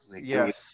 Yes